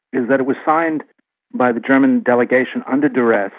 is that it was signed by the german delegation under duress,